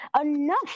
enough